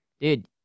Dude